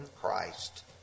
Christ